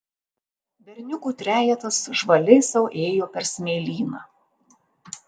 berniukų trejetas žvaliai sau ėjo per smėlyną